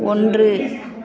ஒன்று